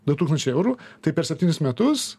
du tūkstančiai eurų tai per septynis metus